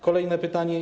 Kolejne pytanie.